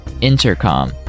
Intercom